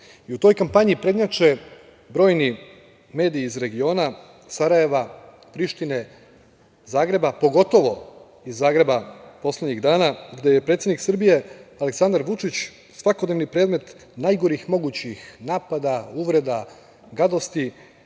i u toj kampanji prednjače brojni mediji iz regiona, Prištine, Zagreba, pogotovo iz Zagreba poslednjih dana, gde je predsednik Srbije Aleksandar Vučić svakodnevni predmet najgorih mogućih napada, uvreda, gadosti